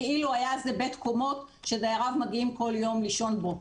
כאילו היה זה בית קומות שדייריו מגיעים כל יום לישון בו.